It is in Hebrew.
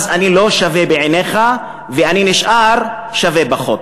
אני לא שווה בעיניך, ואני נשאר שווה פחות.